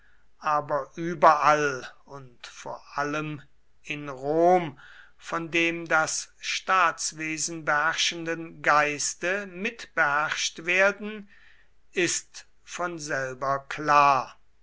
aber überall und vor allem in rom von dem das staatswesen beherrschenden geiste mitbeherrscht werden ist von selber klar